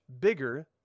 bigger